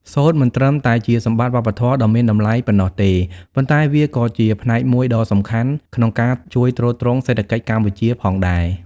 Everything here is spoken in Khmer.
សូត្រមិនត្រឹមតែជាសម្បត្តិវប្បធម៌ដ៏មានតម្លៃប៉ុណ្ណោះទេ ប៉ុន្តែវាក៏ជាផ្នែកមួយដ៏សំខាន់ក្នុងការជួយទ្រទ្រង់សេដ្ឋកិច្ចកម្ពុជាផងដែរ។